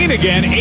again